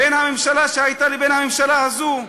בין הממשלה שהייתה לבין הממשלה הזו,